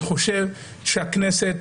אני חושב שהכנסת